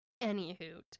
Anyhoot